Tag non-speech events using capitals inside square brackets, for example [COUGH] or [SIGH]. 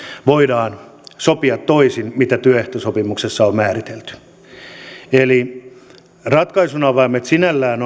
voidaan sopia toisin kuin työehtosopimuksessa on määritelty ratkaisun avaimet sinällään [UNINTELLIGIBLE]